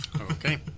Okay